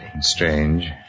Strange